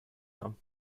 нам